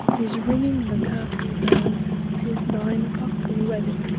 is ringing the curfew bell t is nine o'clock already.